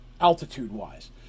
altitude-wise